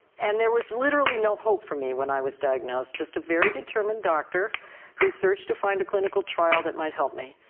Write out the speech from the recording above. and there was literally no hope for me when i was diagnosed just a very determined doctor who searched to find a clinical trial that might help me.